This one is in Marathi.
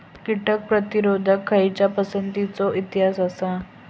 कीटक प्रतिरोधक खयच्या पसंतीचो इतिहास आसा?